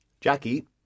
Jackie